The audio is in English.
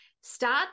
start